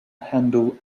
handle